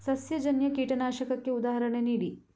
ಸಸ್ಯಜನ್ಯ ಕೀಟನಾಶಕಕ್ಕೆ ಉದಾಹರಣೆ ನೀಡಿ?